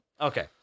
okay